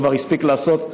הוא כבר הספיק לעשות,